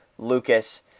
Lucas